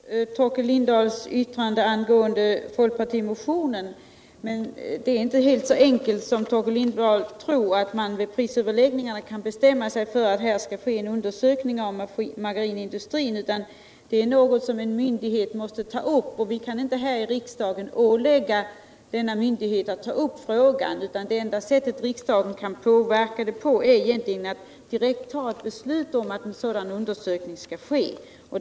Herr talman! Jag kan förstå Torkel Lindahls yttrande angående folkpartimotionen, men det är inte så enkelt som Torkel Lindahl tror att man vid prisöverläggningarna kan bestämma sig för att undersöka margarinindustrin. Det måste en myndighet ta upp, och vi kan inte här i riksdagen ålägga denna myndighet att ta upp frågan. Det enda sättet för riksdagen att påverka frågan är att vi fattar beslut om att en sådan undersökning skall göras.